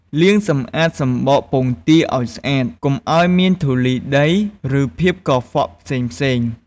លាងសម្អាតសម្បកពងទាឱ្យស្អាត កុំឱ្យមានធូលីដី ឬភាពកខ្វក់ផ្សេងៗ។